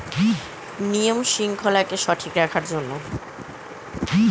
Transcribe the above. কয়েক রকমের চুক্তি বানানোর হুন্ডি ব্যবহার করা হয়